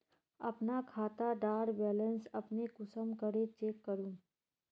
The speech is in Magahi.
अपना खाता डार बैलेंस अपने कुंसम करे चेक करूम?